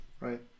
Right